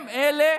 הם אלה